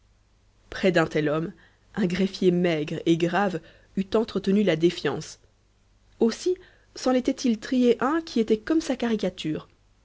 près d'un tel homme un greffier maigre et grave eût entretenu la défiance aussi s'en était-il trié un qui était comme sa caricature